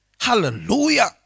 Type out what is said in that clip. Hallelujah